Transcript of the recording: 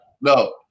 No